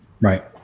right